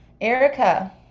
Erica